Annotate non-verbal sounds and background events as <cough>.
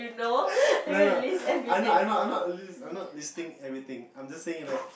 <laughs> no no I not not not listing everything I'm just saying that